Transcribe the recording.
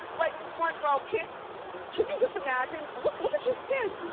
like front row, can can you just imagine? look look at your skin.